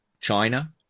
China